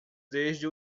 desde